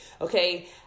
Okay